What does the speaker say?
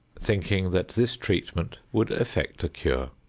thinking that this treatment would effect a cure.